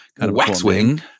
Waxwing